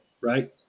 right